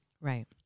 Right